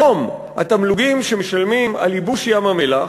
היום התמלוגים שמשלמים על ייבוש ים-המלח,